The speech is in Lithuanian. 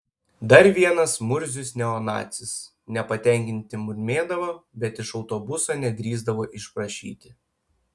dar vienas murzius neonacis nepatenkinti murmėdavo bet iš autobuso nedrįsdavo išprašyti